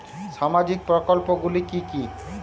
সামাজিক প্রকল্প গুলি কি কি?